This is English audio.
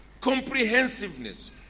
comprehensiveness